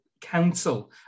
Council